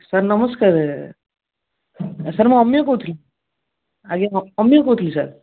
sir ନମସ୍କାର sir ମୁଁ ଅମିୟ କହୁଥିଲି ଆଜ୍ଞା ଅମିୟ କହୁଥିଲି ସାର୍